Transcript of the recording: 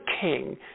king